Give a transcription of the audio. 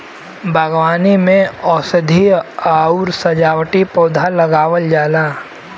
बागवानी में औषधीय आउर सजावटी पौधा लगावल जाला